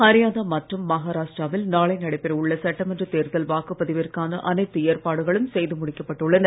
ஹரியானா மற்றும் மகாராஷ்டிராவில் நாளை நடைபெற உள்ள சட்டமன்ற தேர்தல் வாக்குப்பதிவிற்கான அனைத்து ஏற்பாடுகளும் செய்து முடிக்கப்பட்டு உள்ளன